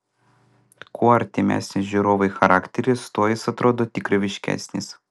kuo artimesnis žiūrovui charakteris tuo jis atrodo tikroviškesnis